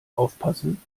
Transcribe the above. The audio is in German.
aufpassen